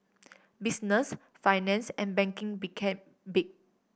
business finance and banking became big